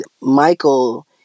Michael